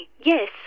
yes